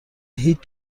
هیچ